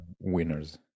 winners